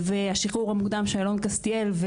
השחרור המוקדם של אלון קסטיאל,